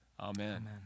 Amen